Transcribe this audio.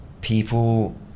People